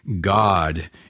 God